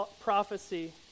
prophecy